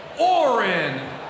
Orin